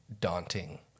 daunting